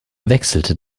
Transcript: wechselte